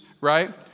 right